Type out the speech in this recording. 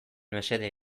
mesede